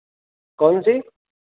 कौन सी